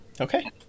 okay